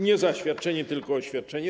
Nie zaświadczenie, tylko oświadczenie.